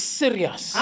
serious